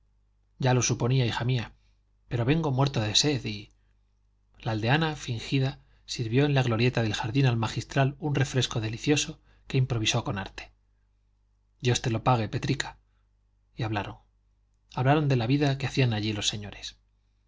ya lo suponía hija mía pero vengo muerto de sed y la aldeana fingida sirvió en la glorieta del jardín al magistral un refresco delicioso que improvisó con arte dios te lo pague petrica y hablaron hablaron de la vida que hacían allí los señores